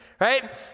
right